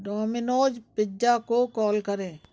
Domino's pizza को call करें